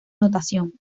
notación